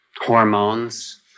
hormones